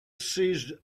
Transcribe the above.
seized